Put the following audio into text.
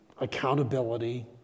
accountability